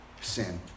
sin